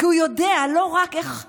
כי הוא יודע לא רק איך סמוטריץ'